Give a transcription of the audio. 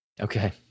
Okay